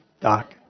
Doc